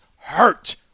hurt